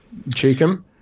Cheekham